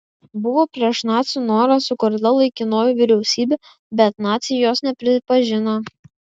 buvo prieš nacių norą sukurta laikinoji vyriausybė bet naciai jos nepripažino